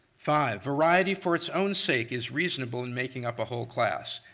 five, variety for its own sake is reasonable in making up a whole class.